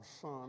son